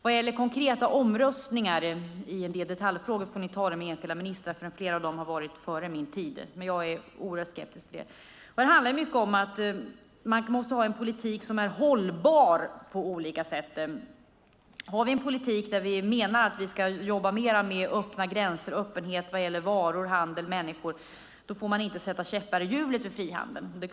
Vad gäller konkreta omröstningar i en del detaljfrågor får tas upp med enskilda ministrar som har varit där före mig. Det handlar mycket om att ha en politik som är hållbar på olika sätt. Har vi en politik där vi menar att vi ska jobba mer med öppna gränser, ha en öppenhet vad gäller varor, handel och människor, får vi inte sätta käppar i hjulet för frihandeln.